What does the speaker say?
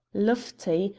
lofty,